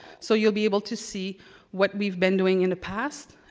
so you'll be able to see what we've been doing in the past,